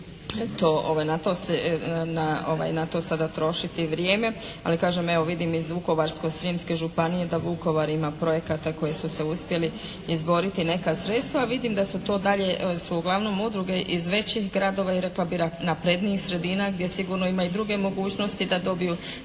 na to sada trošiti vrijeme. Ali kažem evo vidim iz Vukovarsko-srijemske županije da Vukovar ima projekata koji su se uspjeli izboriti neka sredstva, a vidim da su to dalje su uglavnom udruge iz većih gradova i rekla bih naprednijih sredina gdje sigurno ima i druge mogućnosti da dobiju sredstva